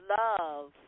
love